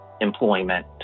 employment